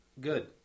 Good